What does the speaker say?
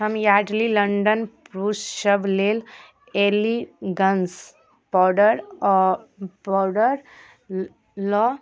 हम Yardley London पुरुष सभ लेल एली गन्स पाउडर अ पाउडर लऽ